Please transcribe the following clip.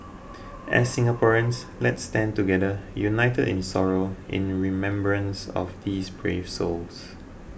as Singaporeans let us stand together united in sorrow in remembrance of these brave souls